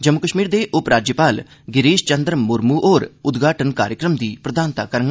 जम्मू कष्मीर दे उपराज्यपाल गिरीष चन्द्र मुर्मू होर उद्घाटन कार्यक्रम दी प्रधानता करङन